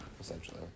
essentially